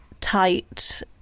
tight